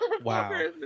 Wow